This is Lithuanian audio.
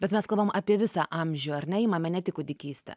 bet mes kalbam apie visą amžių ar ne imame ne tik kūdikystę